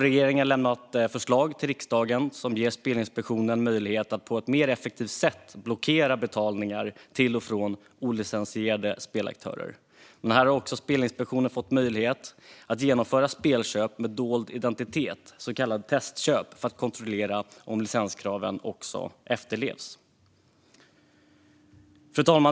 Regeringen har lämnat förslag till riksdagen som ger Spelinspektionen möjlighet att på ett mer effektivt sätt blockera betalningar till och från olicensierade spelaktörer. Spelinspektionen har också fått möjlighet att genomföra spelköp med dold identitet - så kallade testköp - för att kontrollera om licenskraven efterlevs. Fru talman!